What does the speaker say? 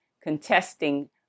contesting